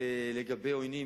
לגבי עוינים.